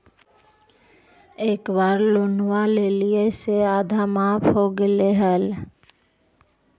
एक बार लोनवा लेलियै से आधा माफ हो गेले हल?